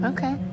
Okay